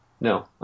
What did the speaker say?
No